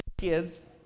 kids